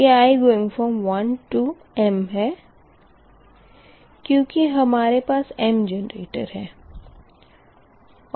यह i12m के लिए है क्यूँकि हमारे पास m जनरेटर है